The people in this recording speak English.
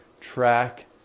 track